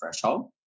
threshold